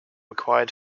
required